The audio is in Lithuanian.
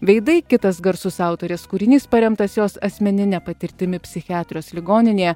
veidai kitas garsus autorės kūrinys paremtas jos asmenine patirtimi psichiatrijos ligoninėje